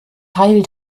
teil